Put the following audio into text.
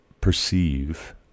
perceive